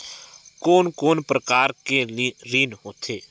कोन कोन प्रकार के ऋण होथे?